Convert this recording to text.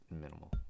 minimal